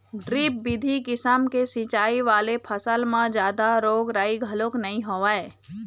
drip बिधि किसम के सिंचई वाले फसल म जादा रोग राई घलोक नइ होवय